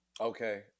Okay